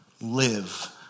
Live